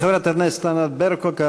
חברת הכנסת ענת ברקו,